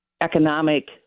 economic